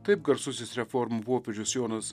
taip garsusis reformų popiežius jonas